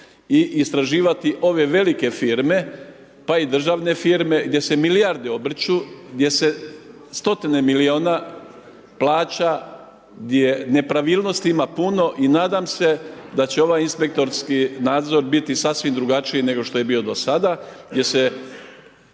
i istraživati ove velike firme, pa i državne firme gdje se milijarde obrću, gdje se stotine milijuna plaća, gdje nepravilnosti ima puno. I nadam se da će ovaj inspektorski nadzor biti sasvim drugačiji, nego što je bio do sada jer se,